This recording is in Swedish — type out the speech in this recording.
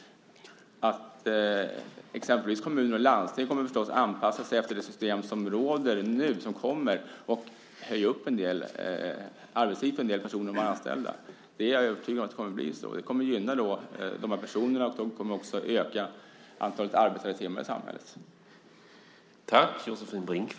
Exempelvis kommuner och landsting kommer förstås att anpassa sig efter det system som råder, som nu kommer, och öka arbetstiden för en del personer som de har anställda. Jag är övertygad om att det kommer att bli så. Det kommer att gynna de här personerna, och antalet arbetade timmar i samhället kommer också att öka.